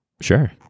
Sure